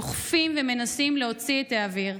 דוחפים ומנסים להוציא את האוויר,